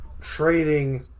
trading